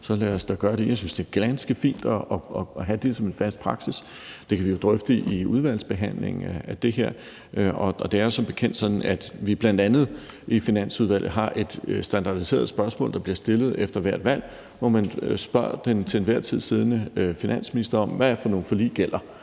så lad os da gøre det. Jeg synes, det er ganske fint at have det som en fast praksis. Det kan vi jo drøfte i udvalgsbehandlingen af det her forslag. Det er jo som bekendt sådan, at vi bl.a. i Finansudvalget har et standardiseret spørgsmål, der bliver stillet efter hvert valg, hvor man spørger den til enhver tid siddende finansminister om, hvad for nogle forlig der